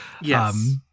yes